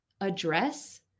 address